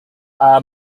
our